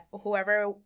whoever